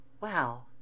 Wow